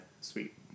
sweet